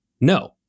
no